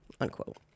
unquote